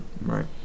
Right